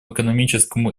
экономическому